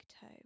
toe